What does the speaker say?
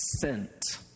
sent